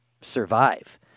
survive